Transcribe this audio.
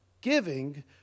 Giving